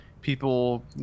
people